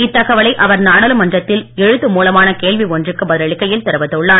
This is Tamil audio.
இத்தகவலை அவர் நாடாளுமன்றத்தில் எழுத்து மூலமான கேள்வி ஒன்றுக்கு பதில் அளிக்கையில் தெரிவித்துள்ளார்